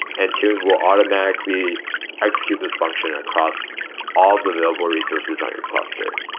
and tune will automatically execute this function across all the available resources on your cluster.